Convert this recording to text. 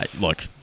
look